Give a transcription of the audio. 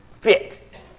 fit